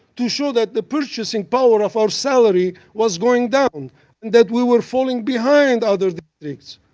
to show that the purchasing power of our salary was going down and that we were falling behind other districts.